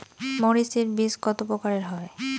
মরিচ এর বীজ কতো প্রকারের হয়?